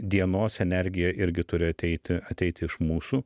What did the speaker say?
dienos energija irgi turi ateiti ateiti iš mūsų